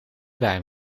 bij